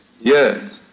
Yes